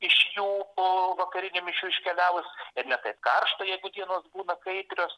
iš jų po vakarinių mišių iškeliavus ir ne taip karšta jeigu dienos būna kaitrios